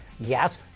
Yes